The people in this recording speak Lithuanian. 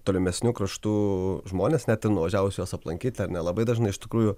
tolimesnių kraštų žmonės net ir nuvažiavus aplankyti ar ne labai dažnai iš tikrųjų